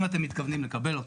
אם אתם מתכוונים לקבל אותה.